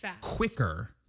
quicker